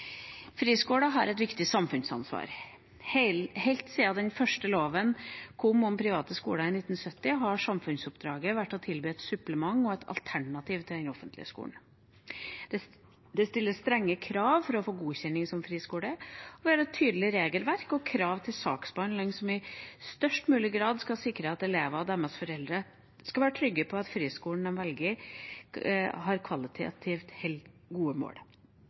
Friskoler har et viktig samfunnsansvar. Helt siden den første loven om private skoler kom i 1970, har samfunnsoppdraget vært å tilby et supplement og et alternativ til den offentlige skolen. Det stilles strenge krav for å få godkjenning som friskole, og vi har et tydelig regelverk og krav til saksbehandlingen som i størst mulig grad skal sikre at elevene og deres foreldre skal være trygge på at friskolen de velger, kvalitativt holder mål.